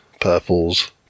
purples